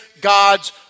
God's